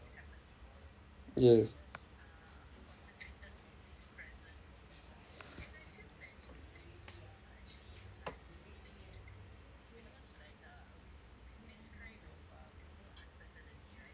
yes